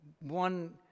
one